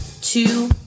two